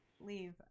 leave